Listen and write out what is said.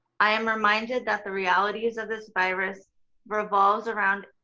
i am reminded that the realities of this virus revolves around